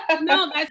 No